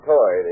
Toy